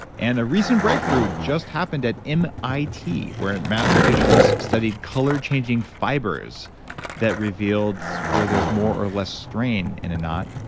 and a recent breakthrough just happened at mit where mathematicians studied color changing fibers that revealed where there's more or less strain in a knot.